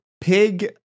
pig